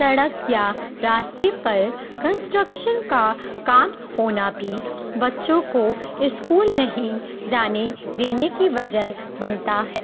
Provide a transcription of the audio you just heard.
سڑک یا راستے پر کنسٹرکشن کا کام ہونا بھی بچوں کو اسکول نہیں جانے دینے کی وجہ بنتا ہے